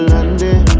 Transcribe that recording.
London